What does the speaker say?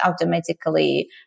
automatically